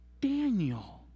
daniel